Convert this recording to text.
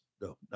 no